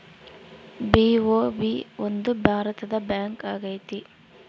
BOB ಒಂದು ಭಾರತದ bank ಆಗೈತೆ